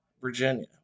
Virginia